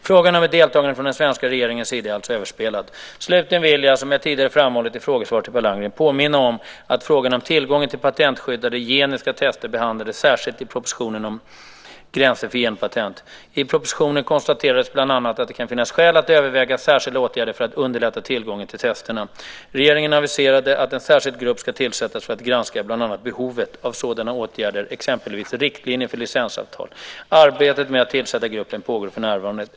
Frågan om ett deltagande från den svenska regeringens sida är alltså överspelad. Slutligen vill jag, som jag tidigare framhållit i frågesvar till Per Landgren, påminna om att frågan om tillgången till patentskyddade genetiska test behandlades särskilt i propositionen om gränser för genpatent. I propositionen konstateras bland annat att det kan finnas skäl att överväga särskilda åtgärder för att underlätta tillgången till testen. Regeringen aviserade att en särskild grupp ska tillsättas för att granska bland annat behovet av sådana åtgärder, exempelvis riktlinjer för licensavtal. Arbetet med att tillsätta gruppen pågår för närvarande.